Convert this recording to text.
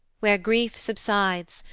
where grief subsides,